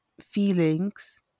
feelings